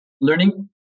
learning